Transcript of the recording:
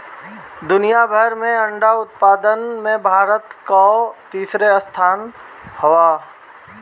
दुनिया भर में अंडा उत्पादन में भारत कअ तीसरा स्थान हअ